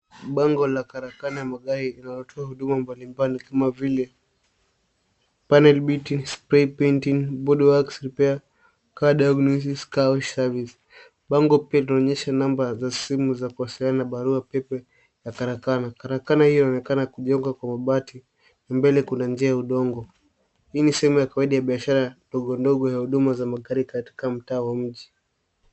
Bango la karakana ya magari inayotoa huduma mbali mbali kama vile panel beating, spray painting, body works repairs, car diagnosis, car wash service Bango pia linaonyesha namba za simu za kuwasiliana na barua pepe za karakana, karakana hiyo inaonekana kujewngwa kwa mabati na mbele kuna njia ya udongo hii ni sehemu ya kawaida ya biashara ndogo ndogo za huduma ya Magari katika mtaa wa mji.